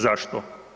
Zašto?